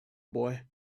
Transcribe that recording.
boy